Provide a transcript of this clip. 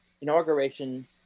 inauguration